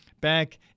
back